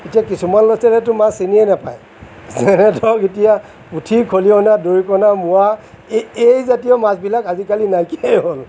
এতিয়া কিছুমান ল'ৰা ছোৱালীয়েটো মাছ চিনিয়ে নাপায় যেনে ধৰক এতিয়া পুঠি খলিহনা দৰিকণা মোৱা এই এই জাতীয় মাছবিলাক আজিকালি নাইকিয়াই হ'ল